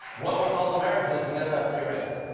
what with all the marriages, he does have three rings.